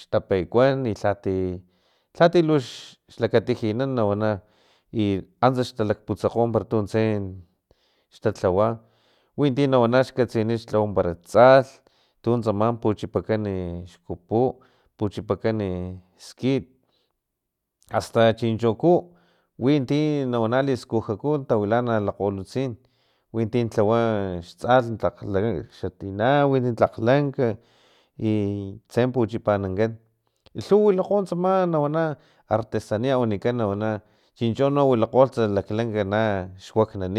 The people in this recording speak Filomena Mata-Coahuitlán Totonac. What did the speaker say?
xtapekuan i lhati lhati lux lakatijinan nawana i antsa xtaputsakgo tuntse xtalhawa winti na wana nax katsini tlawa para tsalh tuntsama puchipakan xkupu puchipakan skit asta chincho kuwinti nawana liskuuku tawilana lakgolutsin winti lhawa xtaslh xa tina wintu tlak lanka i tse puchipatnan i lhuwa wilakgo tsama nawana artesania wanikan na wanachincho no wilakgolhts laklanaka suakgnanin.